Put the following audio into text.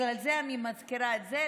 בגלל זה אני מזכירה את זה,